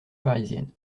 parisienne